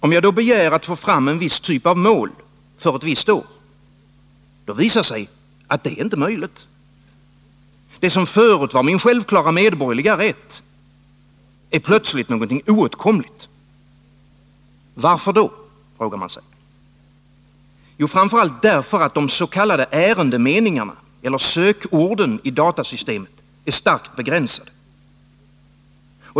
Om jag då begär att få fram en viss typ av mål för ett visst år, då visar det sig att det inte är möjligt. Det som förut var min självklara medborgerliga rätt är plötsligt något oåtkomligt. Varför, frågar man sig. Jo, därför att de s.k. ärendemeningarna eller sökorden i datasystemet är starkt begränsade.